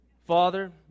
Father